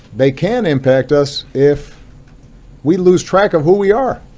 they can impact us if we lose track of who we are.